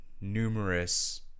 numerous